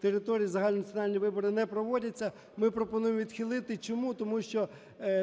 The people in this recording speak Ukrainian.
території загальнонаціональні вибори не проводяться." Ми пропонуємо відхилити. Чому? Тому що